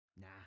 nah